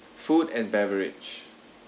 food and beverage